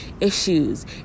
issues